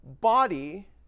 body